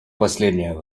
последнее